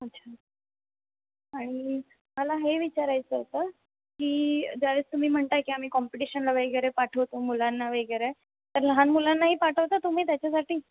अच्छा आणि मला हे विचारायचं होतं की जर तुम्ही म्हणताय की आम्ही कॉम्पिटिशनला वगैरे पाठवतो मुलांना वगैरे तर लहान मुलांनाही पाठवता तुम्ही त्याच्यासाठी